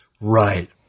Right